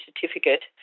certificate